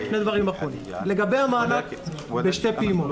לגבי המענק בשתי פעימות: